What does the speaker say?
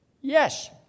Yes